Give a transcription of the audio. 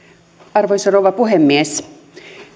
arvoisa rouva puhemies